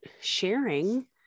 sharing